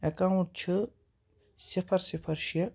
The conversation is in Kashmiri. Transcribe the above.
اٮ۪کاوُنٛٹ چھُ صِفر صِفر شےٚ